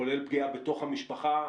כולל פגיעה בתוך המשפחה,